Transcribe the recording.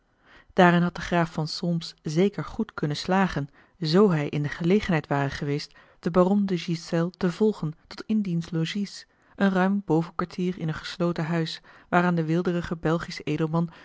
daarin had de graaf van solms zeker goed kunnen slagen z hij in de gelegenheid ware geweest den baron de ghiselles te volgen tot in diens logies een ruim bovenkwartier in een gesloten huis waaraan de weelderige belgische edelman